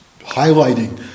highlighting